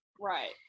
Right